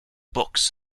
books